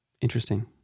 interesting